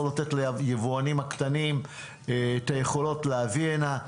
לתת ליבואנים הקטנים את היכולות להביא הנה.